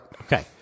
Okay